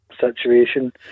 Situation